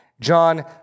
John